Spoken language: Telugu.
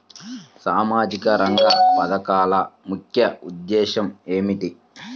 సామాజిక రంగ పథకాల ముఖ్య ఉద్దేశం ఏమిటీ?